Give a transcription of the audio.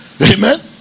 Amen